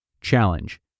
Challenge